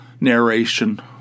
narration